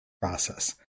process